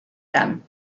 them